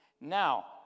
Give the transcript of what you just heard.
Now